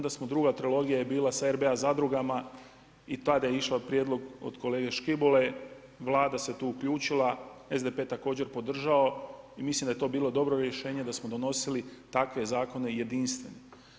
Druga trilogija je bila sa RBA zadrugama i tada je išao prijedlog od kolege Škibole, Vlada se tu uključila, SDP također podržao, mislim da je to bilo dobro rješenje, dasmo donosili takve zakone jedinstveni.